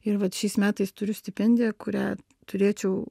ir vat šiais metais turiu stipendiją kurią turėčiau